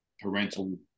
parental